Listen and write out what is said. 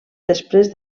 després